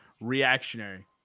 reactionary